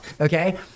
okay